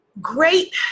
Great